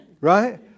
Right